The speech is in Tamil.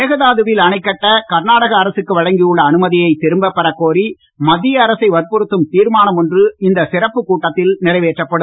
மேகதாதுவில் அணை கட்ட கர்நாடக அரசுக்கு வழங்கியுள்ள அனுமதியை திரும்பப் பெறக் கோரி மத்திய அரசை வற்புறுத்தும் தீர்மானம் ஒன்று இந்த சிறப்புக் கூட்டத்தில் நிறைவேற்றப்படும்